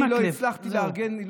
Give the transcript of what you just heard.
ואני לא הצלחתי לארגן הילולה.